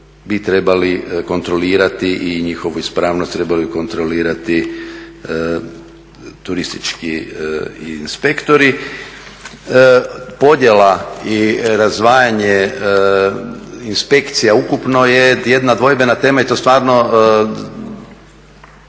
bi trebali kontrolirati i njihovu ispravnost trebali kontrolirati turistički inspektori. Podjela i razdvajanje inspekcija ukupno je jedna dvojbena tema i to stvarno